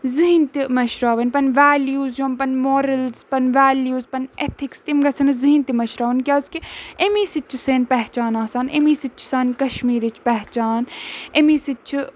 زٕہٕنۍ تہِ مٔشراوٕنۍ پَنٕںۍ ویلیوٗز یِم پَنٕنۍ مارلٕز پَنٕنۍ ویلیوٗز پَنٕںۍ اٮ۪تھِکٕس تِم گژھن نہٕ زٕہٕنۍ تہِ مٔشراوٕنۍ کیٛازِکہِ امی سۭتۍ چھِ سٲنۍ پہچان آسان امی سۭتۍ چھِ سانہِ کشمیٖرٕچ پہچان امی سۭتۍ چھُ